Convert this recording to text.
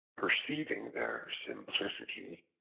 perceiving their simplicity,